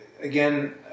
Again